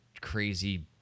crazy